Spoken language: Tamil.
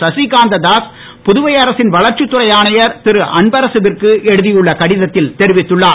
சசிகாந்த தாஸ் புதுவை அரசின் வளர்ச்சி துறை ஆணையர் திருஅன்பரக விற்கு எழுதியுள்ள கடிதத்தில் தெரிவித்துள்ளார்